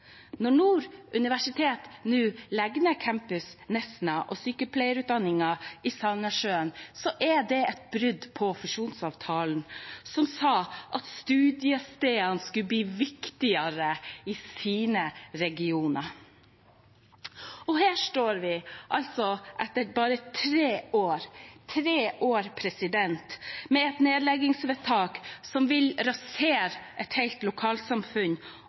Når Nord universitet nå legger ned campus Nesna og sykepleierutdanningen i Sandnessjøen, er det et brudd på fusjonsavtalen, som sa at studiestedene skulle bli viktigere i sine regioner. Og her står vi, altså etter bare tre år – tre år – med et nedleggingsvedtak som vil rasere et helt lokalsamfunn,